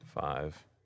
five